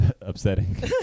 upsetting